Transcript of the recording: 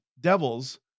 devils